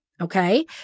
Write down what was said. Okay